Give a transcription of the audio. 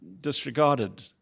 disregarded